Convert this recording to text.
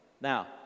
now